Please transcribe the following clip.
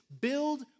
build